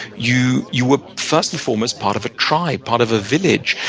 you you were first and foremost part of a tribe, part of a village.